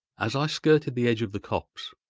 as i skirted the edge of the copse,